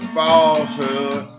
falsehood